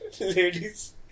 ladies